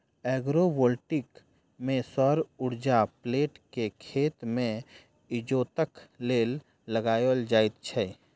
agrovoltaic मे सौर उर्जाक प्लेट के खेत मे इजोतक लेल लगाओल जाइत छै